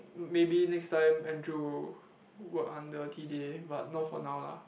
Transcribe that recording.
m~ maybe next time Andrew will work under t_d_a but not for now lah